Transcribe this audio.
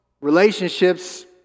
relationships